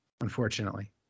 unfortunately